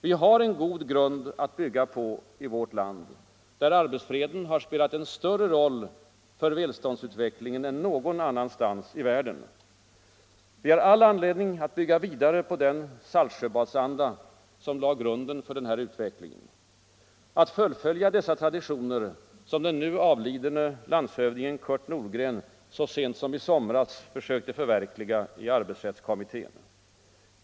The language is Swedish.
Vi har en god grund att bygga på i vårt land, där arbetsfreden spelat en större roll för välståndsutvecklingen än någon annanstans i världen. Vi har all anledning att bygga vidare på den Saltsjöbadsanda som lade grunden för denna utveckling och fullfölja de traditioner som den nu avlidne landshövdingen Kurt Nordgren så sent som i somras försökte förverkliga i arbetsrättskommittén.